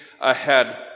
ahead